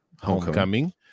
Homecoming